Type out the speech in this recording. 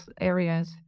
areas